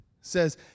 says